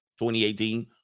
2018